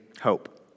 hope